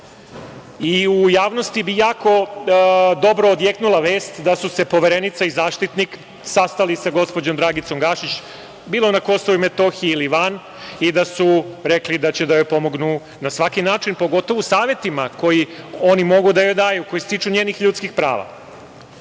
i u javnosti bi jako dobro odjeknula vest da su se Poverenica i Zaštitnik sastali sa gospođom Dragicom Gašić bilo na KiM ili van i da su rekli da će da joj pomognu na svaki način, pogotovo savetima koje oni mogu da joj daju, koji se tiču njenih ljudskih prava.